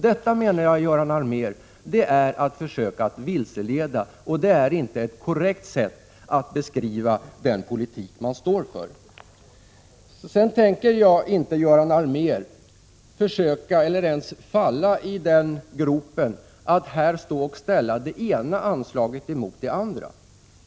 Detta menar jag, Göran Allmér, är att försöka att vilseleda. Det är inte ett korrekt sätt att beskriva den politik man står för. Jag tänker inte, Göran Allmér, falla i den gropen att jag här skulle ställa det ena anslaget emot det andra.